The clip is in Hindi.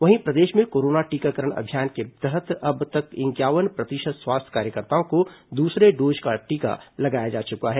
वहीं प्रदेश में कोरोना टीकाकरण अभियान के तहत अब तक इंक्यावन प्रतिशत स्वास्थ्य कार्यकर्ताओं को दूसरे डोज का टीका लगाया जा चुका है